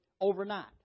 overnight